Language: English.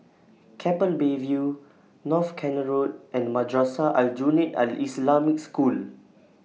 Keppel Bay View North Canal Road and Madrasah Aljunied Al Islamic School